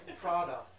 Prada